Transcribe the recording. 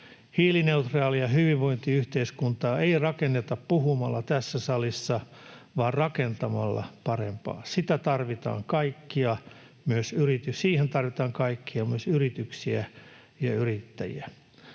Hiilineutraalia hyvinvointiyhteiskuntaa ei rakenneta puhumalla tässä salissa vaan rakentamalla parempaa. Siihen tarvitaan kaikkia, myös yrityksiä ja yrittäjiä.